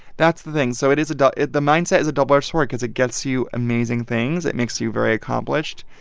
that's the thing. so it is a it the mindset is a double-edged sword because it gets you amazing things. it makes you very accomplished.